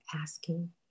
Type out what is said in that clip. asking